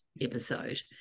episode